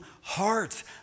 hearts